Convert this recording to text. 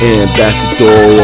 Ambassador